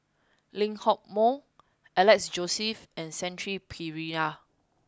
Lee Hock Moh Alex Josey and Shanti Pereira